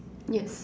yes